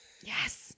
Yes